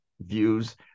views